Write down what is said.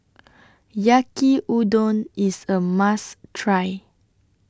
Yaki Udon IS A must Try